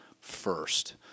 first